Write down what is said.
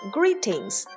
Greetings